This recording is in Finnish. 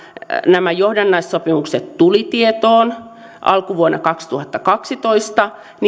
nämä johdannaissopimukset tulivat tietoon alkuvuonna kaksituhattakaksitoista